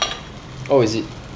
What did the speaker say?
oh is it